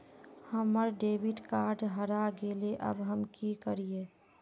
हमर debit card हरा गेले अब हम की करिये?